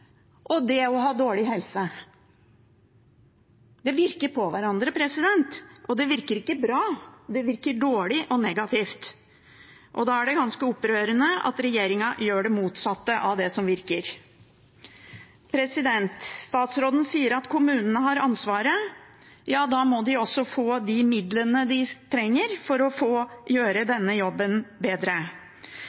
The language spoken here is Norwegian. og det å ha dårlig helse. Det virker på hverandre, og det virker ikke bra. Det virker dårlig og negativt, og da er det ganske opprørende at regjeringen gjør det motsatte av det som virker. Statsråden sier at kommunene har ansvaret. Ja, men da må de også få de midlene de trenger for å få gjøre denne jobben bedre.